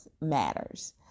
matters